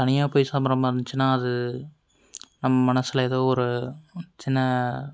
தனியாக போய் சாப்பிட்ற மாதிரி இருந்துச்சுன்னா அது நம்ம மனசில் ஏதோ ஒரு சின்ன